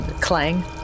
Clang